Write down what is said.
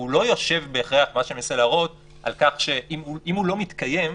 אם הוא לא מתקיים,